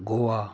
Goa